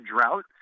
drought